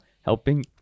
helping